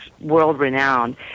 world-renowned